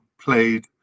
played